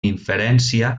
inferència